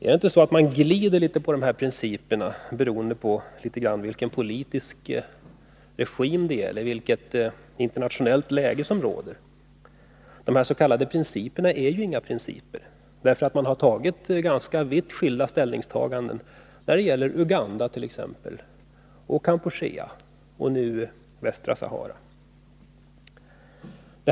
Är det inte så att man glider litet på principerna, beroende på vilken politisk regim det gäller och vilket internationellt läge som råder? De s.k. principerna är inga principer, eftersom man har gjort ganska vitt skilda ställningstaganden när det gäller t.ex. Uganda, Kampuchea och nu Västra Sahara.